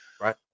Right